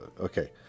Okay